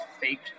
fake